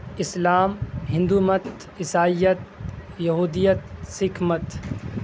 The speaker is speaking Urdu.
اسلام ہندو مت عیسائیت یہودیت سکھ مت